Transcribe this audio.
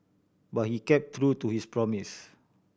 but he kept to his promise